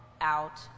out